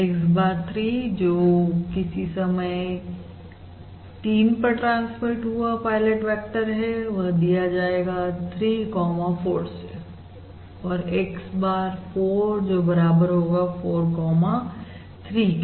X bar 3 जोकि किसी समय 3 पर ट्रांसमिट हुए पायलट वेक्टर है दिए जाएंगे 3 कोमां 4 से और xbar 4 जो बराबर होगा 4 कोमां 3 के